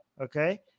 Okay